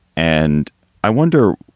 and i wonder,